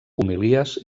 homilies